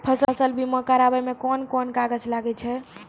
फसल बीमा कराबै मे कौन कोन कागज लागै छै?